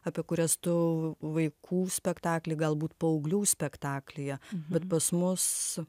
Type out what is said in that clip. apie kurias tu vaikų spektakly galbūt paauglių spektaklyje bet pas mus